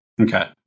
Okay